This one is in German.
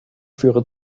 führe